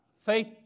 Faith